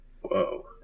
Whoa